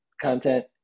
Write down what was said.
content